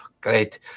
Great